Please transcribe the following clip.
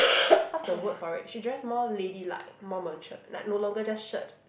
what's the word for it she dress more ladylike more matured like no longer just shirt